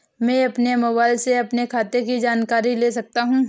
क्या मैं मोबाइल से अपने खाते की जानकारी ले सकता हूँ?